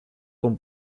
con